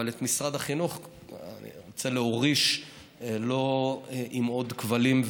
אבל את משרד החינוך אני רוצה להוריש לא עם עוד כבלים,